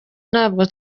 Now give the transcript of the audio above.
ntabwo